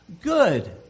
Good